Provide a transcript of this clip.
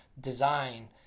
design